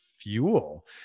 fuel